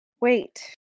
wait